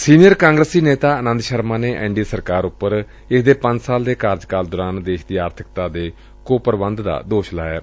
senior ਕਾਂਗਰਸੀ ਨੇਤਾ ਆਨੰਦ ਸ਼ਰਮਾ ਨੇ ਐਨ ਡੀ ਏ ਸਰਕਾਰ ਉਪਰ ਇਸ ਦੇ ਪੰਜ ਸਾਲ ਦੇ ਕਾਰਜਕਾਲ ਦੌਰਾਨ ਦੇਸ਼ ਦੀ ਆਰਥਿਕਤਾ ਦੇ ਪ੍ਬੰਧ ਦਾ ਦੋਸ਼ ਲਾਇਐ